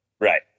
Right